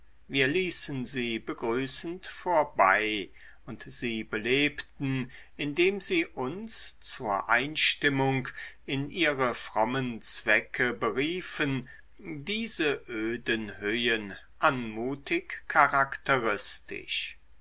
wir ließen sie begrüßend vorbei und sie belebten indem sie uns zur einstimmung in ihre frommen zwecke beriefen diese öden höhen anmutig charakteristisch